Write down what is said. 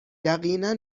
یقینا